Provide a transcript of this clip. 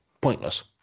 pointless